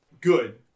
good